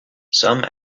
some